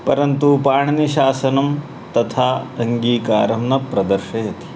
परन्तु पाणिनिशासनं तथा अङ्गीकारं न प्रदर्शयति